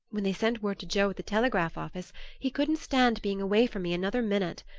when they sent word to joe at the telegraph office he couldn't stand being away from me another minute.